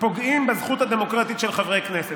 פוגעים בזכות הדמוקרטית של חברי כנסת,